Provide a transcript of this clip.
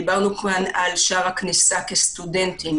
דיברנו על שער הכניסה כסטודנטים,